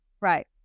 Right